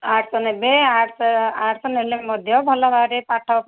arts ନେବେ arts arts ନେଲେ ମଧ୍ୟ ଭଲ ଭାବରେ ପାଠ ପଢ଼ିବା ତ